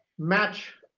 match